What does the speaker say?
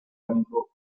británico